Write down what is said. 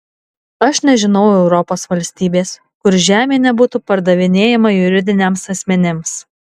aš nežinau europos valstybės kur žemė nebūtų pardavinėjama juridiniams asmenims